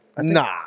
nah